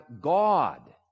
God